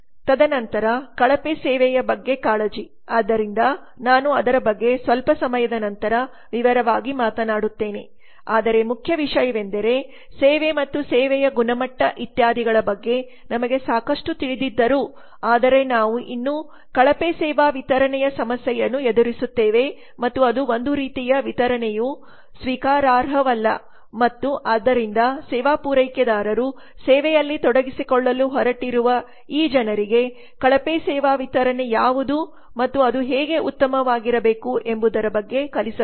ತದನಂತರ ಕಳಪೆ ಸೇವೆಯ ಬಗ್ಗೆ ಕಾಳಜಿ ಆದ್ದರಿಂದ ನಾನು ಅದರ ಬಗ್ಗೆ ಸ್ವಲ್ಪ ಸಮಯದ ನಂತರ ವಿವರವಾಗಿ ಮಾತನಾಡುತ್ತೇನೆ ಆದರೆ ಮುಖ್ಯ ವಿಷಯವೆಂದರೆ ಸೇವೆ ಮತ್ತು ಸೇವೆಯ ಗುಣಮಟ್ಟ ಇತ್ಯಾದಿಗಳ ಬಗ್ಗೆ ನಮಗೆ ಸಾಕಷ್ಟು ತಿಳಿದಿದ್ದರೂ ಆದರೆ ನಾವು ಇನ್ನೂ ಕಳಪೆ ಸೇವಾ ವಿತರಣೆಯ ಸಮಸ್ಯೆಯನ್ನು ಎದುರಿಸುತ್ತೇವೆ ಮತ್ತು ಅದು ಒಂದು ರೀತಿಯ ವಿತರಣೆಯು ಸ್ವೀಕಾರಾರ್ಹವಲ್ಲ ಮತ್ತು ಆದ್ದರಿಂದ ಸೇವಾ ಪೂರೈಕೆದಾರರು ಸೇವೆಯಲ್ಲಿ ತೊಡಗಿಸಿಕೊಳ್ಳಲು ಹೊರಟಿರುವ ಈ ಜನರಿಗೆ ಕಳಪೆ ಸೇವಾ ವಿತರಣೆ ಯಾವುದು ಮತ್ತು ಅದು ಹೇಗೆ ಉತ್ತಮವಾಗಿರಬೇಕು ಎಂಬುದರ ಬಗ್ಗೆ ಕಲಿಸಬೇಕು